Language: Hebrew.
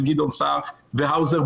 של גדעון סער והאוזר,